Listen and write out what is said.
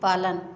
पालन